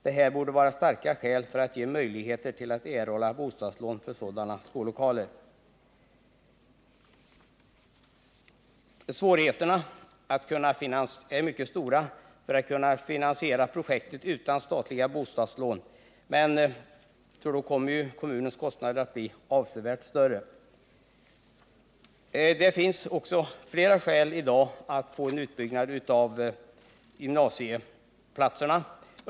Det här borde vara starka skäl för att erhålla bostadslån för sådana skollokaler. Svårigheterna är mycket stora att finansiera projektet utan statliga bostadslån, eftersom kommunens kostnader kommer att bli avsevärt större utan sådana lån än med. Det finns många skäl i dag till en utbyggnad av gymnasieskolan och därmed antalet gymnasieplatser.